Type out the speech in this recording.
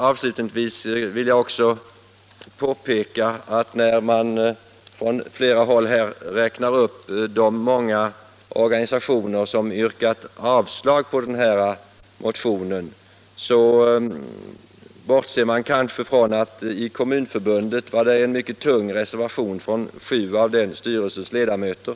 Avslutningsvis vill jag så påpeka, att när man här från flera håll räknar upp de många organisationer som har yrkat avslag på denna motion, så bortser man kanske från att det i Kommunförbundet avgavs en mycket tung reservation från sju av styrelsens ledamöter.